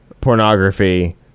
pornography